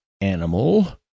animal